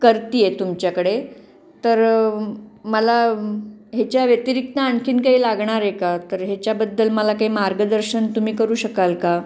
करते आहे तुमच्याकडे तर मला ह्याच्या व्यतिरिक्त आणखीन काही लागणार आहे का तर ह्याच्याबद्दल मला काही मार्गदर्शन तुम्ही करू शकाल का